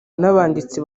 n’abanditsi